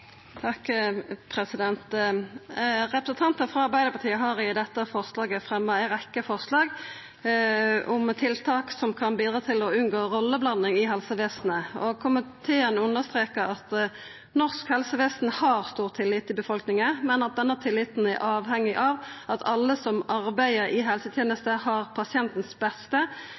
forslaget fremja ei rekkje forslag om tiltak som kan bidra til å unngå rolleblanding i helsevesenet. Komiteen understrekar at norsk helsevesen har stor tillit i befolkninga, men at denne tilliten er avhengig av at alle som arbeider i helsetenesta, har pasientens beste